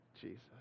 Jesus